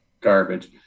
garbage